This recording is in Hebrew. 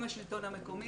עם השלטון המקומי.